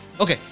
Okay